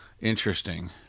Interesting